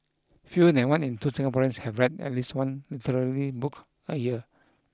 fewer than one in two Singaporeans have read at least one literary book a year